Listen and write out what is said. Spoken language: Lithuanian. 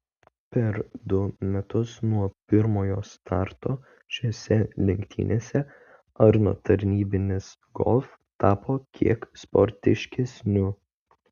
per du metus nuo pirmojo starto šiose lenktynėse arno tarnybinis golf tapo kiek sportiškesniu